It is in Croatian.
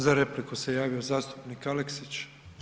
Za repliku se javio zastupnik Aleksić.